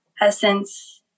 essence